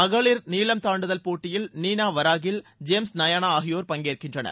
மகளிர் நீளம்தாண்டுதல் போட்டியில் நீனா வராக்கில் ஜேம்ஸ் நாயனா ஆகியோர் பங்கேற்கின்றனர்